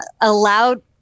allowed